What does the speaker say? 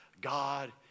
God